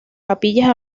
capillas